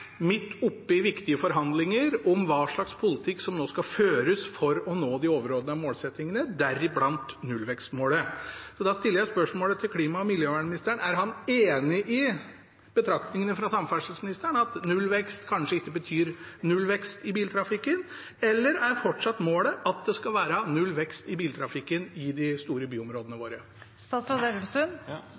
viktige forhandlinger om hva slags politikk som nå skal føres for å nå de overordnede målsettingene, deriblant nullvekstmålet. Så da stiller jeg dette spørsmålet til klima- og miljøministeren: Er han enig i betraktningene fra samferdselsministeren om at nullvekst kanskje ikke betyr null vekst i biltrafikken, eller er målet fortsatt at det skal være null vekst i biltrafikken i de store byområdene